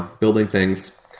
building things.